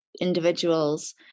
individuals